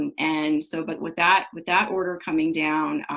and and so but with that with that order coming down,